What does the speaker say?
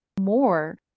more